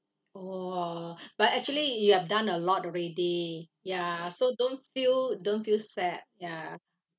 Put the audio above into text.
!wah! but actually you have done a lot already ya so don't feel don't feel sad ya